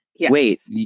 wait